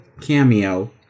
cameo